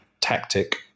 tactic